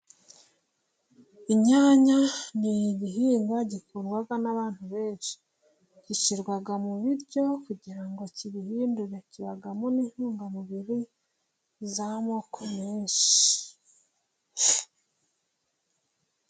Inyanya ni igihingwa gikundwa n'abantu benshi, gishyirwa mu biryo kugira ngo kibihindure, kibamo n'intungamubiri z'amoko menshi.